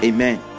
Amen